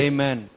Amen